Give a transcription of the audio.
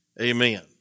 amen